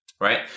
right